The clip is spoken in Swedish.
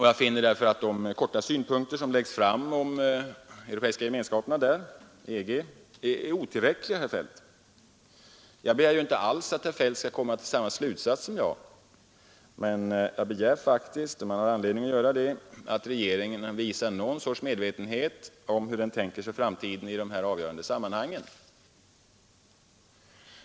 Jag finner de synpunkter som där anförs om den europeiska gemenskapen, EG, otillräckliga, herr Feldt! Jag begär inte att herr Feldt skall komma till samma slutsats som jag, men man har anledning att begära att regeringen kommer till någon sorts medvetenhet om hur den tänker sig framtiden i dessa avgörande sammanhang.